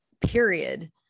period